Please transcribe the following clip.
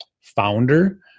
founder